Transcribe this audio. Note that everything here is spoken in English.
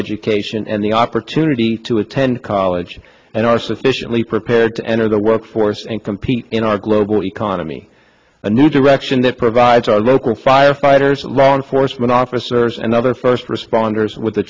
education and the opportunity to attend college and are sufficiently prepared to enter the workforce and compete in our global economy a new direction that provides our local firefighters law enforcement officers and other first responders with the